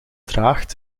draagt